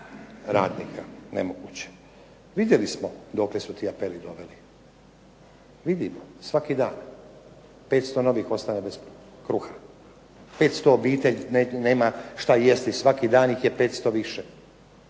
radnika, nemoguće. Vidjeli smo dokle su ti apeli doveli. Vidimo svaki dan 500 novih ostaje bez kruha, 500 obitelji nema šta jesti, svaki dan ih je 500 više.